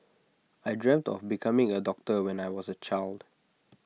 I dreamt of becoming A doctor when I was A child